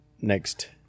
Next